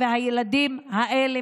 והילדים האלה,